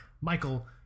Michael